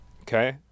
Okay